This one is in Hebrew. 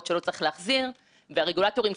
יש להגביר את האפקטיביות של הרגולציה,